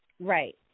Right